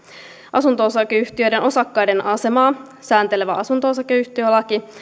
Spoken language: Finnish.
asunto osakeyhtiöiden osakkaiden asemaa sääntelevä asunto osakeyhtiölaki